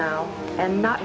now and not